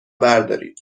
بردارید